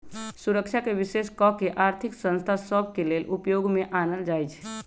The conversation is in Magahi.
सुरक्षाके विशेष कऽ के आर्थिक संस्था सभ के लेले उपयोग में आनल जाइ छइ